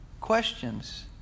Questions